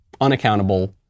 unaccountable